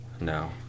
No